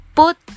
put